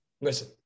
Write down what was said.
Listen